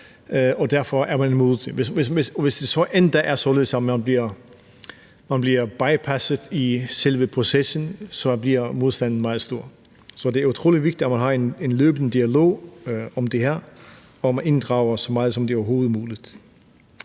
Og hvis det så endda er således, at man bliver bypasset i selve processen, bliver modstanden meget stor. Så det er utrolig vigtigt, at man har en løbende dialog om det her, hvor man inddrager så meget, som det overhovedet er muligt.